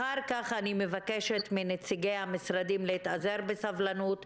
אחר כך אני מבקשת מנציגי המשרדים להתאזר בסבלנות,